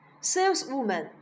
Saleswoman